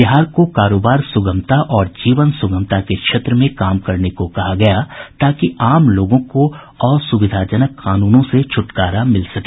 बिहार को कारोबार सुगमता और जीवन सुगमता के क्षेत्र में काम करने को कहा गया ताकि आम लोगों को असुविधाजनक कानूनों से छुटकारा मिल सके